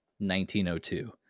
1902